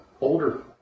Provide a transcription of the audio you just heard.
older